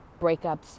breakups